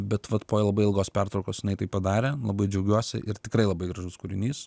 bet vat po labai ilgos pertraukos jinai tai padarė labai džiaugiuosi ir tikrai labai gražus kūrinys